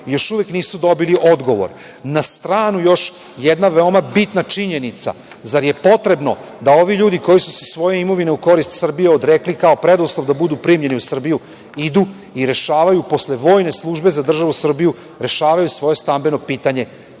još uvek nisu dobili odgovor. Na stranu još jedna veoma bitna činjenica, zar je potrebno da ovi ljudi, koji su se svoje imovine u korist Srbije odrekli kao preduslov da budu primljeni u Srbiju, idu i rešavaju posle vojne službe za državu Srbiju svoje stambeno pitanje